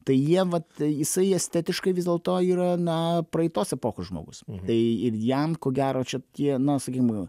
tai jie vat jisai estetiškai vis dėlto yra na praeitos epochos žmogus tai ir jam ko gero čia tie na sakykim